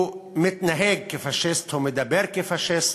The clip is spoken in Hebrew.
הוא מתנהג כפאשיסט, הוא מדבר כפאשיסט,